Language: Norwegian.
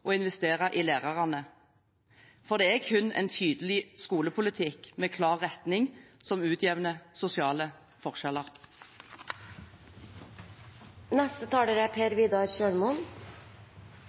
og investere i lærerne, for det er kun en tydelig skolepolitikk, med en klar retning, som utjevner sosiale forskjeller. Hvis det er